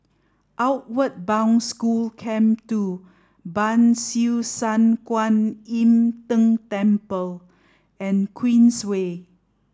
Outward Bound School Camp Two Ban Siew San Kuan Im Tng Temple and Queensway